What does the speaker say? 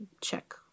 check